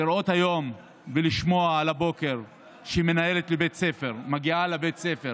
לראות היום ולשמוע על הבוקר שמנהלת בית ספר מגיעה לבית הספר